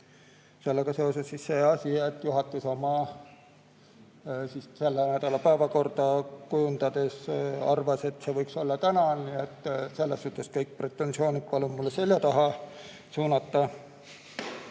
Sellega seoses see asi, et juhatus selle nädala päevakorda kujundades arvas, et see [lugemine] võiks olla täna, nii et selles suhtes kõik pretensioonid palun mu selja taha suunata.